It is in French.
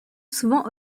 souvent